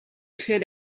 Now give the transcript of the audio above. ихээр